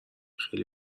خیلی